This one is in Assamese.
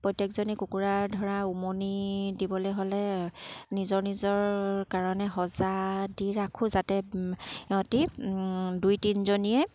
প্ৰত্যেকজনী কুকুৰাৰ ধৰা উমনি দিবলৈ হ'লে নিজৰ নিজৰ কাৰণে সজা দি ৰাখোঁ যাতে সিহঁতি দুই তিনিজনীয়ে